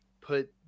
put